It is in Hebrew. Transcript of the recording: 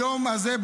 היום הזה,